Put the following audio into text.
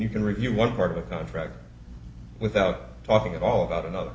you can review one part of the contract without talking at all about another